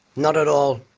not at all.